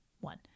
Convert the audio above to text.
One